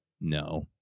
no